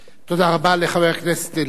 תודה רבה לחבר הכנסת אלדד.